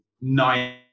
nine